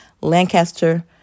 Lancaster